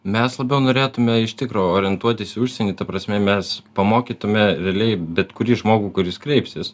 mes labiau norėtume iš tikro orientuotis į užsienį ta prasme mes pamokytume realiai bet kurį žmogų kuris kreipsis